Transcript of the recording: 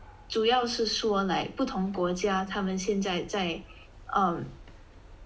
主要是说 like 不同国家他们现在在 um